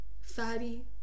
fatty